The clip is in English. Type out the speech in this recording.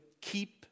keep